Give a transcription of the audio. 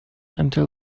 until